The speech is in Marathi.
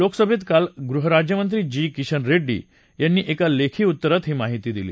लोकसभेत काल गृहराज्यमंत्री जी किशन रेड्डी यांनी एका लेखी उत्तरात ही माहिती दिली